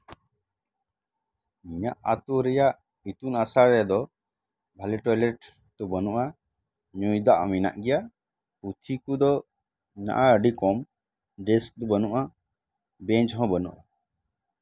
ᱤᱧᱟ ᱜ ᱟᱛᱳ ᱨᱮᱭᱟᱜ ᱤᱛᱩᱱ ᱟᱥᱲᱟ ᱨᱮᱫᱚ ᱵᱷᱟᱹᱞᱤ ᱴᱚᱭᱞᱮᱴ ᱫᱚ ᱵᱟᱱᱩᱜᱼᱟ ᱧᱩᱭ ᱫᱟᱜ ᱢᱮᱱᱟᱜ ᱜᱮᱭᱟ ᱯᱩᱛᱷᱤ ᱠᱚᱫᱚ ᱢᱮᱱᱟᱜᱼᱟ ᱟ ᱰᱤ ᱠᱚᱢ ᱰᱮᱥᱠ ᱫᱚ ᱵᱟ ᱱᱩᱜᱼᱟ ᱵᱮᱧᱪ ᱦᱚᱸ ᱵᱟ ᱱᱩᱜᱼᱟ